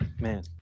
man